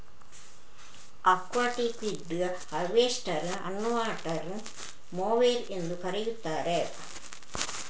aquatic weed harvester ಅನ್ನುವಾಟರ್ mower ಎಂದೂ ಕರೆಯುತ್ತಾರೆ